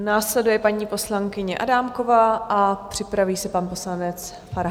Následuje paní poslankyně Adámková a připraví se pan poslanec Farhan.